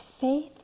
faith